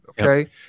okay